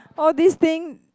all these thing